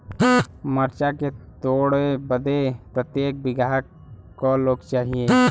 मरचा के तोड़ बदे प्रत्येक बिगहा क लोग चाहिए?